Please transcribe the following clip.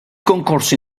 concorso